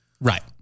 Right